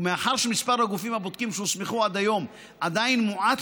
ומאחר שמספר הגופים הבודקים שהוסמכו עד היום עדיין מועט,